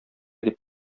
дип